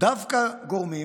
דווקא גורמים